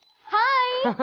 hi.